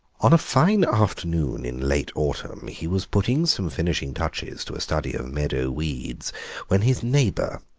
on a fine afternoon in late autumn he was putting some finishing touches to a study of meadow weeds when his neighbour,